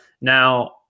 Now